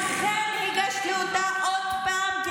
לכן הגשתי אותה עוד פעם,